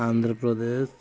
Andhra Pradesh